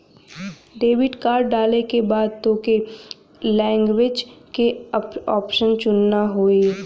debit card डाले के बाद तोके लैंग्वेज क ऑप्शन चुनना होई